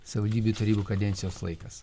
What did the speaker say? savivaldybių tarybų kadencijos laikas